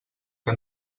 que